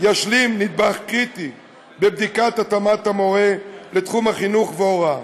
ישלים נדבך קריטי בבדיקת התאמת המורה לתחום החינוך וההוראה,